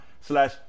slash